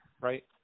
right